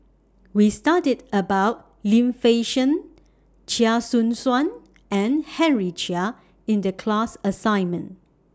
We studied about Lim Fei Shen Chia Choo Suan and Henry Chia in The class assignment